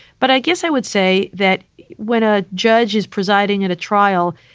but i guess i would say that when a judge is presiding at a trial,